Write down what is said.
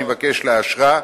אני מבקש לאשרה.